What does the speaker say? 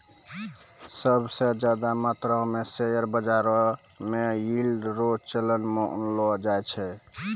सब स ज्यादा मात्रो म शेयर बाजारो म यील्ड रो चलन मानलो जाय छै